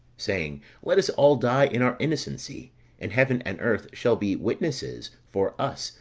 saying let us all die in our innocency and heaven and earth shall be witnesses for us,